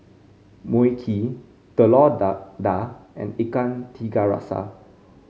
Mui Kee Telur Dadah and Ikan Tiga Rasa